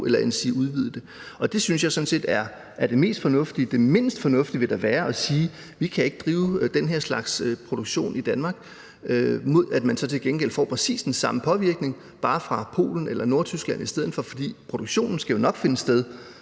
endsige udvide det? Det synes jeg sådan set er det mest fornuftige. Det mindst fornuftige vil da være at sige, at vi ikke kan drive den her slags produktion i Danmark, og så får vi præcis den samme påvirkning bare fra Polen eller Nordtyskland i stedet for, for produktionen skal nok finde sted.